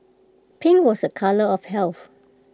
pink was A colour of health